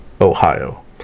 Ohio